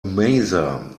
maser